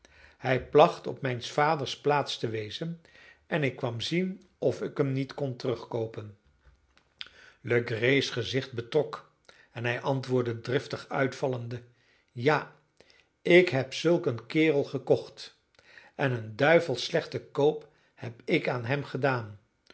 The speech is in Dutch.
hij placht op mijns vaders plaats te wezen en ik kwam zien of ik hem niet kon terugkoopen legree's gezicht betrok en hij antwoordde driftig uitvallende ja ik heb zulk een kerel gekocht en een duivels slechten koop heb ik aan hem gedaan